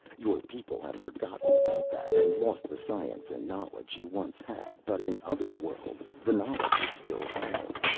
your people have forgotten about that and lost the science and knowledge you once had, but in other worlds the knowledge is still held.